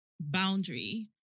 boundary